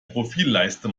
profilleiste